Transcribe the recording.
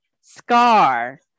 scar